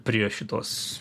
prie šitos